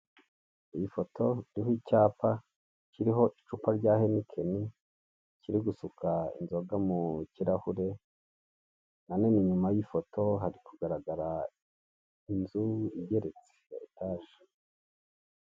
Iyi foto iriho icyapa kiriho icupa rya henikeni, kiri gusuka inzoga mu kirahure, nanone inyuma y'ifoto hari kugaragara inzu igeretse ya etaje.